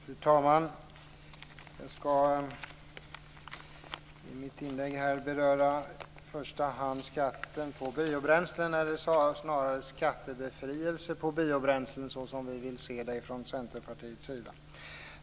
Fru talman! Jag ska i mitt inlägg i första hand beröra skatten på biobränslen, eller snarare skattebefrielse på biobränslen såsom vi vill se det från Centerpartiets sida.